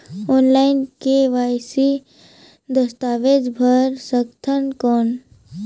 Online KYC दस्तावेज भर सकथन कौन?